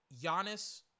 Giannis